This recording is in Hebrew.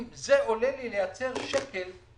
אם עולה לי שקל לייצר את זה,